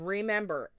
Remember